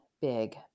big